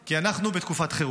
כי אנחנו בתקופת חירום.